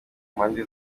mpande